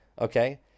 Okay